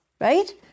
right